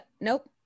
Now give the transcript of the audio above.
nope